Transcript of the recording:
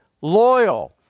loyal